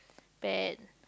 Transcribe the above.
pad